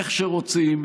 איך שרוצים,